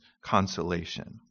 consolation